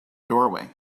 doorway